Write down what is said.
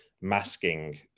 masking